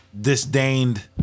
disdained